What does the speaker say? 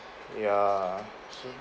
ya